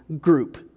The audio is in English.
group